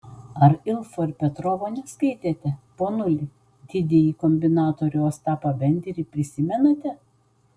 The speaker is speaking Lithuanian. ar ilfo ir petrovo neskaitėte ponuli didįjį kombinatorių ostapą benderį prisimenate